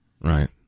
Right